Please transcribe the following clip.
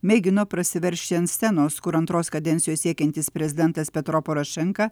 mėgino prasiveržti ant scenos kur antros kadencijos siekiantis prezidentas petro porošenka